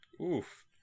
Oof